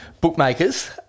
bookmakers